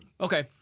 Okay